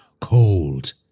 cold